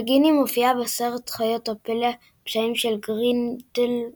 נגיני מופיעה בסרט חיות הפלא הפשעים של גרינדלוולד